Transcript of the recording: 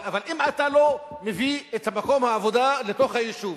אבל אם אתה לא מביא את מקום העבודה לתוך היישוב,